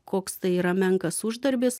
koks tai yra menkas uždarbis